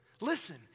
Listen